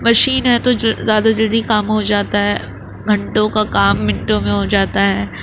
machine ہے تو جو زیادہ جلدی کام ہو جاتا ہے گھنٹوں کا کام منٹوں میں ہو جاتا ہے